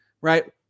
right